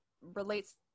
relates